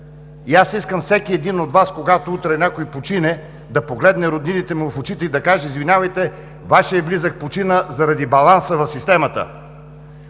И аз искам всеки един от Вас, когато утре някой почине, да погледне роднините му в очите и да каже: „Извинявайте, Вашият близък почина заради баланса в системата“.